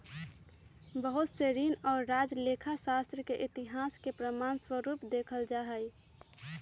बहुत से ऋषि और राजा लेखा शास्त्र के इतिहास के प्रमाण स्वरूप देखल जाहई